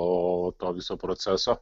o to viso proceso